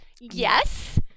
yes